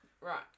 Right